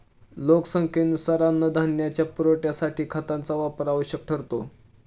लोकसंख्येनुसार अन्नधान्याच्या पुरवठ्यासाठी खतांचा वापर आवश्यक ठरतो